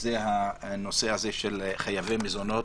זה הנושא של חייבי מזונות.